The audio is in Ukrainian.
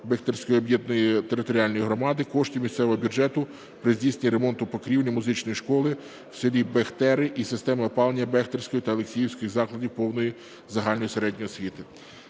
Бехтерської об'єднаної територіальної громади коштів місцевого бюджету при здійсненні ремонту покрівлі музичної школи в селі Бехтери і системи опалення Бехтерського та Олексіївського закладів повної загальної середньої освіти.